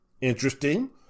Interesting